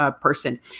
person